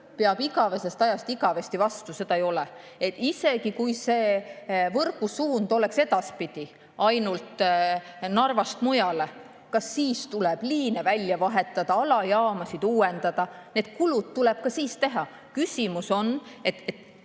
peab igavesest ajast igavesti vastu, ei ole. Isegi kui võrgu suund oleks edaspidi ainult Narvast mujale, ka siis tuleks liine välja vahetada ja alajaamasid uuendada. Need kulud tuleks ka siis teha. Küsimus on, et